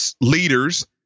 leaders